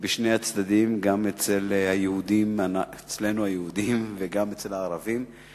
בשני הצדדים, גם אצלנו היהודים וגם אצל הערבים.